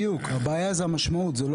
בדיוק, הבעיה זו המשמעות זה לא הגודל.